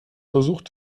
versucht